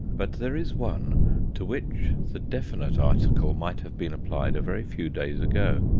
but there is one to which the definite article might have been applied a very few days ago.